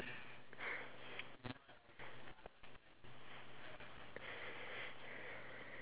because we cannot grow certain ya we cannot grow certain